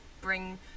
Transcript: bring